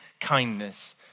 kindness